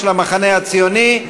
של המחנה הציוני,